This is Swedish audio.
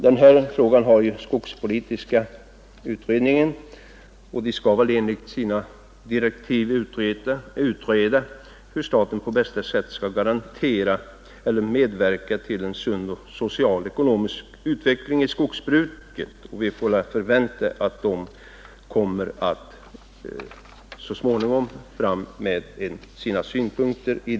Den här frågan har ju skogspolitiska utredningen att pröva, och den skall väl enligt sina direktiv utreda hur staten på bästa sätt skall garantera eller medverka till en sund social och ekonomisk utveckling i skogsbruket. Vi får väl förvänta att utredningen så småningom lägger fram sina synpunkter.